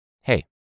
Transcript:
Hey